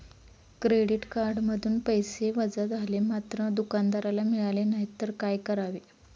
Credit कार्डमधून पैसे वजा झाले मात्र दुकानदाराला मिळाले नाहीत तर काय करावे?